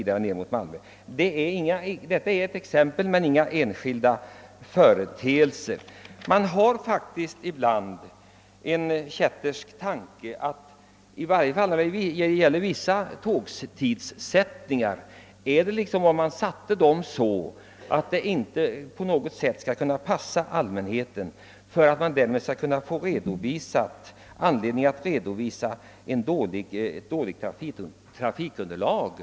Detta exempel är ingen enskild företeelse. Man får faktiskt en kättersk tanke — i varje fall när det gäller vissa tågtidsättningar — att tiderna sätts så att de inte alls passar allmänheten för att man därmed skall kunna redovisa ett dåligt trafikunderlag.